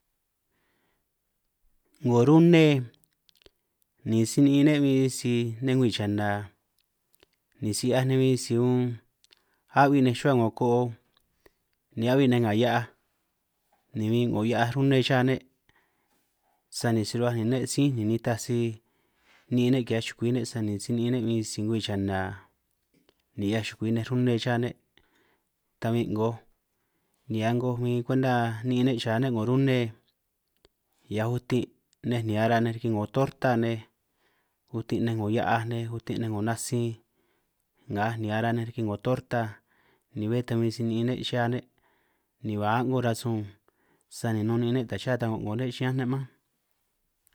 'Ngo rune ni si ni'in ne' bin sisi nej ngwi chana, ni si 'hiaj nej bin si un a'hui' nej rruhuaj 'ngo ko'o, ni a'bi ni nga hia'aj ni bin 'ngo 'hiaj rune cha ne', sani si rruhuaj ni ne' sí' ni nitaj si ni'in ne' ki'hiaj chukui' ne', sani si ni'in ne' bin si ngwi chana ni 'hiaj chukui nej rune cha ne', ta bin 'ngo ni a'ngoj bin kwuenta ni'in ne' cha ne' 'ngo rune hiaj utin' nej, ni aranj nej riki 'ngo torta nej utin' nej 'ngo hia'aj nej utin' 'ngo natsin ngaj ni araj nej riki 'ngo torta, ni be ta bin si ni'in ne' cha ne' ni ba a'ngo rasun sani nun ni'in ne' taj cha ta go'ngo ne' chiñán ne' mánj.